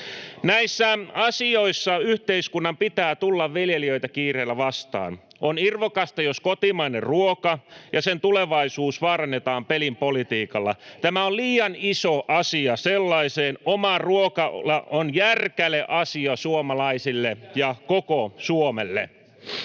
Näissä asioissa yhteiskunnan pitää tulla viljelijöitä kiireellä vastaan. On irvokasta, jos kotimainen ruoka ja sen tulevaisuus vaarannetaan pelin politiikalla. [Leena Meri: Ei se ole meistä kiinni vaan teistä!] Tämä on liian iso asia sellaiseen. Oma ruoka on järkäleasia suomalaisille ja koko Suomelle.